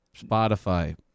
Spotify